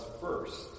first